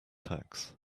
tacks